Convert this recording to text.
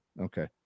okay